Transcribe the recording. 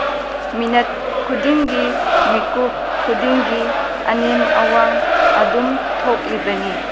minute ꯈꯨꯗꯤꯡꯒꯤ ꯃꯤꯠꯀꯨꯞ ꯈꯨꯗꯤꯡꯒꯤ ꯑꯅꯦꯝ ꯑꯋꯥꯡ ꯑꯗꯨꯝ ꯊꯣꯛꯂꯤꯕꯅꯤ